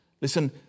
Listen